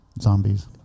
zombies